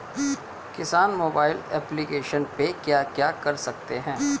किसान mobile application पे क्या क्या कर सकते हैं?